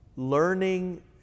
learning